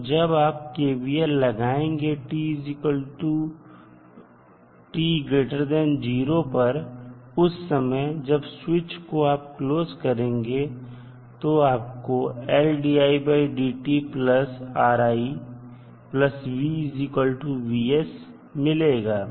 तो जब आप KVL लगाएंगे t0 पर उस समय जब स्विच को आप क्लोज करेंगे तो आपको मिलेगा